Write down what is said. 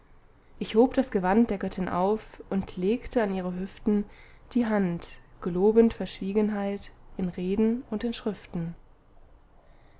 ich hob das gewand der göttin auf und legte an ihre hüften die hand gelobend verschwiegenheit in reden und in schriften